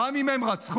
גם אם הם רצחו,